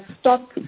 stop